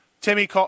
Timmy